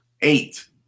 Eight